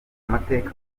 amateka